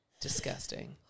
Disgusting